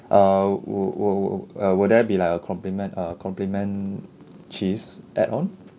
err would would would uh will there be like a compliment uh compliment cheese add on